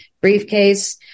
briefcase